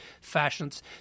fashions